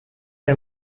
jij